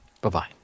Bye-bye